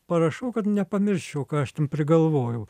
parašau kad nepamirščiau ką aš ten prigalvojau